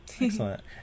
Excellent